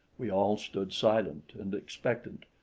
we all stood silent and expectant,